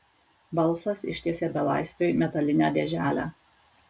balsas ištiesė belaisviui metalinę dėželę